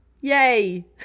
Yay